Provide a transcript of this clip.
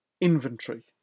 inventory